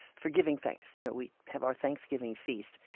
for giving thanks. you know we have our thanksgiving feast.